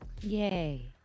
Yay